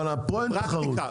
אבל פה אין תחרות.